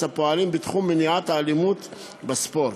הפועלים בתחום מניעת האלימות בספורט,